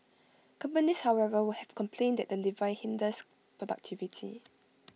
companies however will have complained that the levy hinders productivity